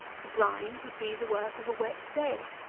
to grind would be the work of a wet day.